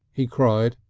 he cried,